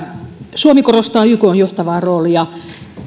suomi korostaa ykn johtavaa roolia